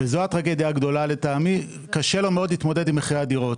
וזו הטרגדיה הגדולה לטעמי קשה לו מאוד להתמודד עם מחירי הדירות,